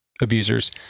abusers